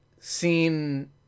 seen